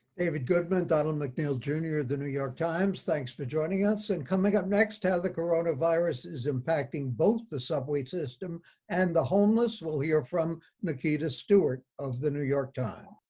david goodman, donald mcneil jr, the new york times. thanks for joining us. and coming up next, how the coronavirus is impacting both the subway system and the homeless. we'll hear from nikita stewart of the new york times.